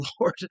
Lord